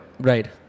Right